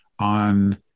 on